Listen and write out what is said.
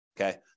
Okay